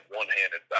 one-handed